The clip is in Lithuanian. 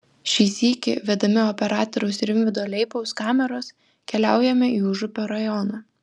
šį sykį vedami operatoriaus rimvydo leipaus kameros keliaujame į užupio rajoną